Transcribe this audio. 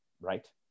right